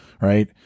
right